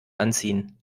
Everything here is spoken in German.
anziehen